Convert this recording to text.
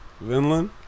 vinland